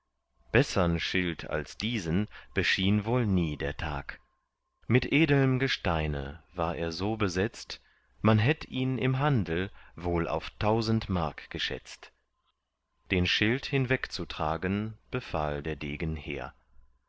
bessern schild als diesen beschien wohl nie der tag mit edelm gesteine war er so besetzt man hätt ihn im handel wohl auf tausend mark geschätzt den schild hinwegzutragen befahl der degen hehr